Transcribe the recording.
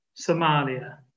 Somalia